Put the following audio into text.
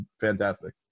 fantastic